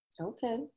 Okay